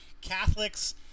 Catholics